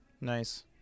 nice